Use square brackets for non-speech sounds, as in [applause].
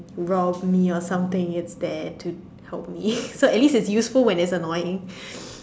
rob me or something it's there to help me [laughs] so at least it's useful when it's annoying